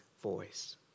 voice